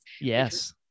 Yes